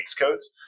codes